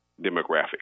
demographic